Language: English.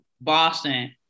Boston